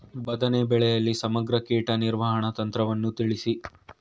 ಬದನೆ ಬೆಳೆಯಲ್ಲಿ ಸಮಗ್ರ ಕೀಟ ನಿರ್ವಹಣಾ ತಂತ್ರವನ್ನು ತಿಳಿಸಿ?